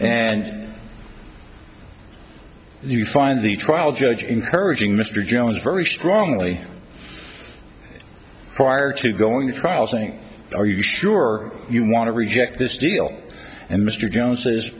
and you find the trial judge encouraging mr jones very strongly prior to going to trial saying are you sure you want to reject this deal and mr jones says